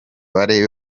bari